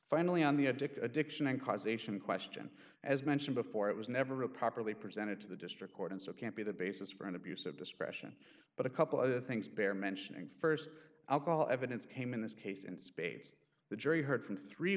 finally on the addict addiction and causation question as mentioned before it was never a properly presented to the district court and so can't be the basis for an abuse of discretion but a couple of other things bear mentioning st alcohol evidence came in this case in spades the jury heard from three